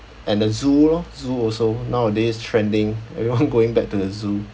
and the zoo lor zoo also nowadays trending everyone going back to the zoo